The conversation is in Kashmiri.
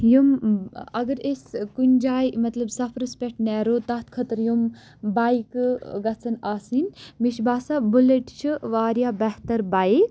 یِم اگر أسۍ کُنہِ جایہِ مطلب سَفرَس پٮ۪ٹھ نیرو تَتھ خٲطرٕ یِم بایکہٕ گَژھان آسٕنۍ مےٚ چھِ باسان بُلیٚٹ چھِ واریاہ بہتَر بایِک